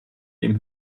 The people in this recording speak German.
dem